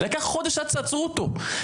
לקח חודש עד שעצרו אותו.